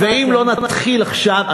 ואם לא נתחיל עכשיו,